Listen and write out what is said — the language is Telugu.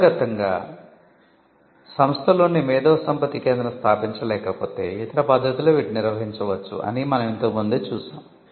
అంతర్గతంగా మేధోసంపత్తి కేంద్రం స్థాపించలేకపోతే ఇతర పద్ధతిలో వీటిని నిర్వహించవచ్చు అని మనం ఇంతకు ముందే చూశాం